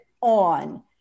on